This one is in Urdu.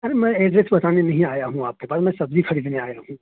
ارے میں ایڈریس بتانے نہیں آیا ہوں آپ کے پاس میں سبزی خریدنے آیا ہوں